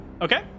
Okay